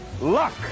Luck